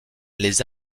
les